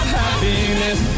happiness